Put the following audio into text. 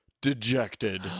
dejected